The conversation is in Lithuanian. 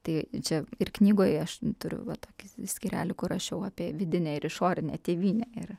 tai čia ir knygoj aš turiu va tokį skyrelį kur rašiau apie vidinę ir išorinę tėvynę ir